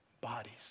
bodies